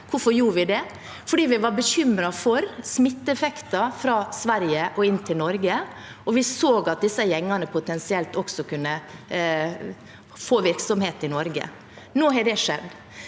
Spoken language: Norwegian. Hvorfor gjorde vi det? Det var fordi vi var bekymret for smitteeffekten fra Sverige og inn til Norge, og vi så at disse gjengene potensielt også kunne få virksomhet i Norge. Nå har det skjedd.